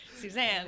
suzanne